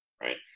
right